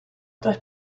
otras